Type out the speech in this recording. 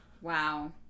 Wow